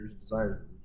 desire